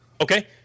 Okay